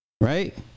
right